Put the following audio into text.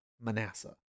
Manasseh